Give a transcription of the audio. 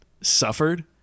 suffered